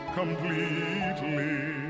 completely